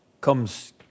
comes